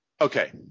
Okay